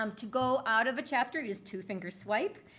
um to go out of a chapter is two-finger swipe.